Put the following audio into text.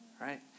Right